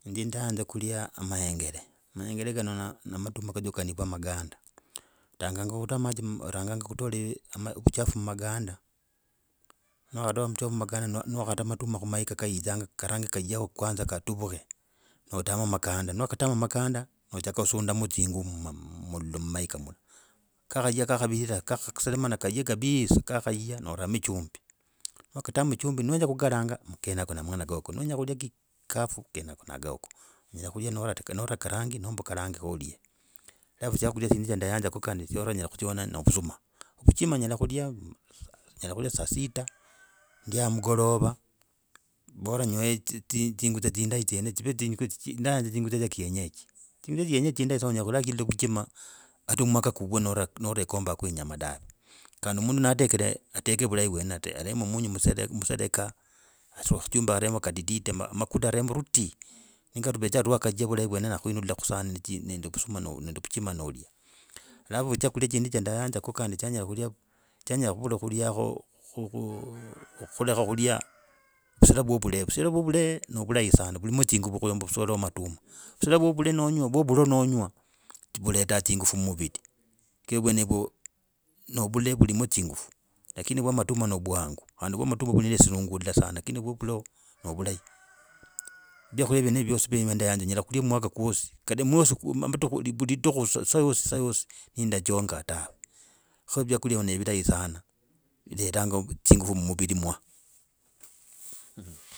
Nzi ndayanza kulya amayengele, amayengolo kano maduma kadukani managanda ndakanga kuta machi, ndakanga kutola vuchafu mumakanda, niwakadola vuchafu mumaganda niwakata matuma ku mahiga kayizanga akaranga kayoko kwanza kaduvuko natama maganda ne wakatamo maganda nochaga kusundaka tsiku mumahiga kakhaya kakavirira kakhaserana kaye kabisa kakhaya noramo chumbi wakatamo chumbi ne wenya kugaranga konako na mang’ana koko ne wenye kulya kavu kenako na mang’ana koko ne wenya kulya kavu, kenako na gogo. Onyela kulya kulya nota, naragarangi nomba okarangi khalya. Alafu syakyulya sindi sya ndayanzaka kandi na obusuma vuchima nyela khulya saa sita ndye amukolova bora nyole zingutsa zindayi dzivo zingutsa ndayanza zingutsa zya kienyeji zingutsa za kienyeji, zindayi sana anyola kulachilila vuchima hata mwakwa kuvwe norekombako yinyama dave kandi mundu natekre ateke vulayi vwene aremo munyu msereka chumbi aremo kadididi makuda aremo roti ninga ruvecha rwakacha vulahi vwene nakuchinula kusahani nende vusuma nende vuchima nolya. Alafu chakulya chindi cha nayanzako kandi chanyela kulya chanyela khuvula khuliakho khu, khulakha khulya busala bwa vule, busala bwa vule navulai sana bulimo zingutu khuyumba busala bwa matuma busala bwa vule nonywa buleta zingufu mumbiti kigira vwenovo no bule bulimo zingufu mumbiti kigira vwenovo no bule bulimo zingufu lakini bwa matuma no vwangu kandi bwa matuma buli nonde siluungolo sana lakini bwo bule ovu novulayi. Vyakulya vyenevyo vyosi ndayanza, nyola kulya mwaka kwasi kada lidukhu lyosi saa yosi saa yosi nindachoka dawe kho vyalya novilehi sana viletanga zingufu mumbiti mwa.